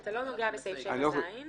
אני מניח שבסטטיסטיקה שלכם זו